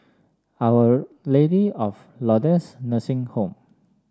Our Lady of Lourdes Nursing Home